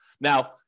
Now